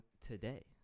today